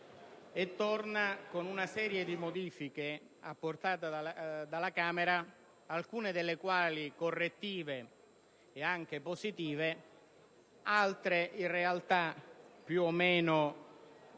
sicurezza, con una serie di modifiche apportate dalla Camera dei deputati, alcune delle quali correttive, e anche positive, altre in realtà più o meno